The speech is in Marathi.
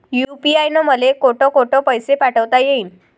यू.पी.आय न मले कोठ कोठ पैसे पाठवता येईन?